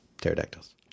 pterodactyls